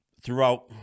throughout